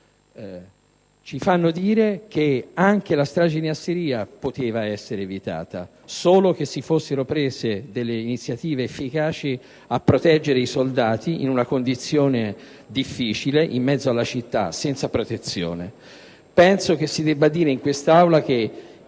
ci fanno dire che anche questa strage poteva essere evitata solo se si fossero prese delle iniziative efficaci a proteggere i soldati in una condizione difficile, in mezzo alla città, senza protezione. Penso che si debba dire in Aula che